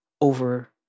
over